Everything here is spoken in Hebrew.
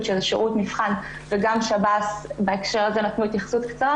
ושירות מבחן וגם שירות בתי הסוהר שבהקשר הזה נתנו התייחסות קצרה